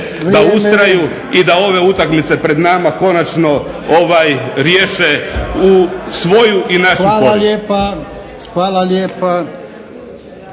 da ustraju i da ove utakmice pred nama konačno riješe u svoju i našu korist. **Jarnjak,